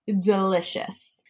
delicious